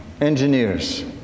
engineers